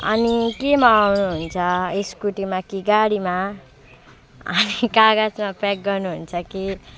अनि केमा आउनुहुन्छ स्कुटीमा कि गाडीमा अनि कागजमा प्याक गर्नुहुन्छ कि